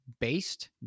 based